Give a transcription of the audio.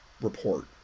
report